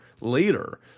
later